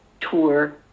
tour